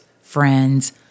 friends